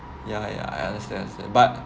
yeah yeah I understand understand but